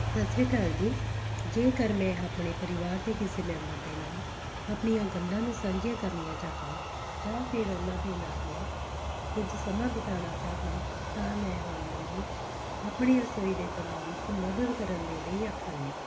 ਸਤਿ ਸ਼੍ਰੀ ਅਕਾਲ ਜੀ ਜੇਕਰ ਮੈਂ ਆਪਣੇ ਪਰਿਵਾਰ ਦੇ ਕਿਸੇ ਮੈਂਬਰ ਦੇ ਨਾਲ ਆਪਣੀਆਂ ਗੱਲਾਂ ਨੂੰ ਸਾਂਝੀਆਂ ਕਰਨੀਆਂ ਚਾਹਾਂ ਜਾਂ ਫੇਰ ਉਹਨਾਂ ਦੇ ਨਾਲ ਮੈਂ ਕੁਝ ਸਮਾਂ ਬਿਤਾਉਣਾ ਚਾਹਾਂ ਤਾਂ ਮੈਂ ਉਹਨਾਂ ਨੂੰ ਆਪਣੀ ਰਸੋਈ ਦੇ ਕੰਮਾਂ ਵਿੱਚ ਮਦਦ ਕਰਨ ਦੇ ਲਈ ਆਖਾਂਗੀ